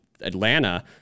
Atlanta